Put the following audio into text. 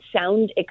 sound